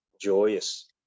joyous